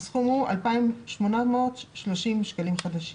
סך 2,830 שקלים חדשים.